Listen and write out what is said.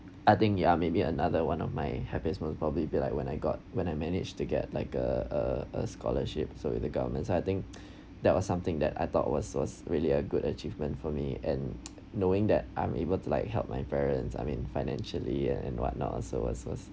I think ya maybe another one of my happiest moment probably be like when I got when I managed to get like a a a scholarship so the government's ah I think that was something that I thought was was really a good achievement for me and knowing that I'm able to like help my parents I mean financially and and what not also was was